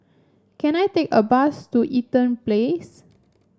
can I take a bus to Eaton Place